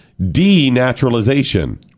denaturalization